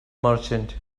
merchant